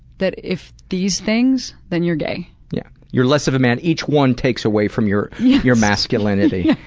that if these things, then you're gay. yeah. you're less of a man each one takes away from your your masculinity,